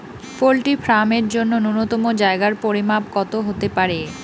Poultry farm এর জন্য নূন্যতম জায়গার পরিমাপ কত হতে পারে?